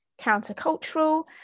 countercultural